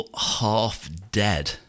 half-dead